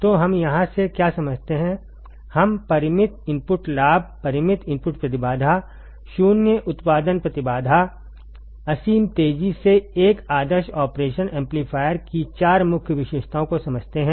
तो हम यहाँ से क्या समझते हैं कि हम परिमित इनपुट लाभ परिमित इनपुट प्रतिबाधा शून्य उत्पादन प्रतिबाधा असीम तेजी से एक आदर्श ऑपरेशन एम्पलीफायर की चार मुख्य विशेषताओं को समझते हैं